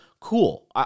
Cool